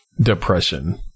depression